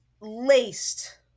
laced